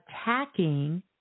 attacking